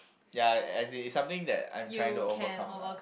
ya as in its something that I am trying to overcome lah